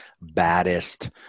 baddest